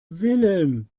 wilhelm